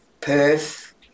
perth